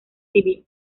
civil